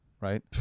right